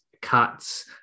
cuts